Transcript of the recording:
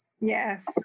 Yes